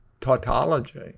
tautology